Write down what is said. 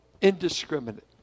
indiscriminate